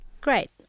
Great